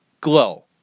glow